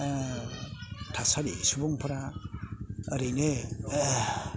थासारि सुबुं फोरा ओरैनो